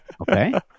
Okay